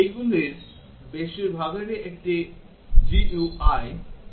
এইগুলির বেশিরভাগেরই একটি GUI সেই টেস্ট interface পর্যন্ত নেই